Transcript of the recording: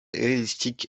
hellénistique